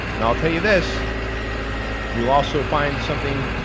i'll tell you this you'll also find something